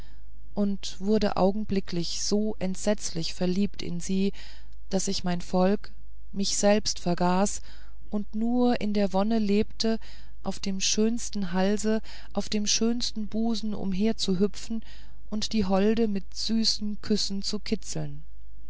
und wurde augenblicklich so entsetzlich verliebt in sie daß ich mein volk mich selbst vergaß und nur in der wonne lebte auf dem schönsten halse auf dem schönsten busen umherzuhüpfen und die holde mit süßen küssen zu kitzeln